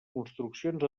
construccions